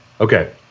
Okay